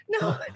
No